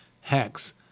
hex